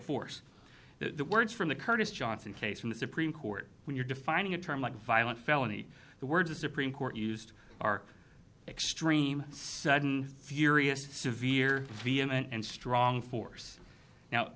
force the words from the curtis johnson case from the supreme court when you're defining a term like violent felony the word the supreme court used our extreme sudden furious severe and strong force now